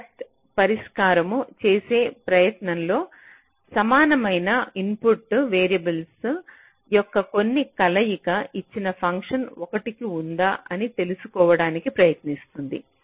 SAT పరిష్కారము చేసే ప్రయత్నం లో సమానమైన ఇన్పుట్ వేరియబుల్స్ యొక్క కొన్ని కలయిక ఇచ్చిన ఫంక్షన్ 1 కు ఉందా అని తెలుసుకోవడానికి ప్రయత్నిస్తుంది